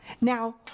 Now